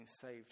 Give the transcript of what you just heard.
saved